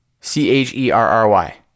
C-H-E-R-R-Y